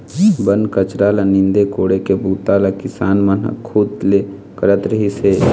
बन कचरा ल नींदे कोड़े के बूता ल किसान मन खुद ले करत रिहिस हे